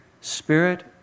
Spirit